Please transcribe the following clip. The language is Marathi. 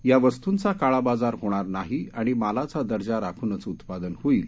या वस्तूंचा काळाबाजार होणार नाही आणि मालाचा दर्जा राखूनच उत्पादन होईल